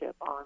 on